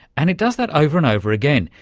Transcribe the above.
and it does that over and over again.